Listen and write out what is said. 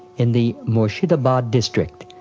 in the murshidabad district,